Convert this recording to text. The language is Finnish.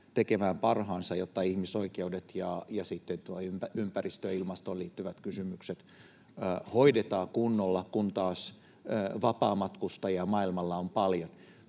tekemään parhaansa, jotta ihmisoikeudet ja ympäristöön ja ilmastoon liittyvät kysymykset hoidetaan kunnolla, kun taas vapaamatkustajia maailmalla on paljon.